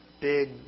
big